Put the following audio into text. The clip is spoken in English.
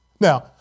Now